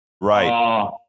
Right